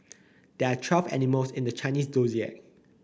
there are twelve animals in the Chinese Zodiac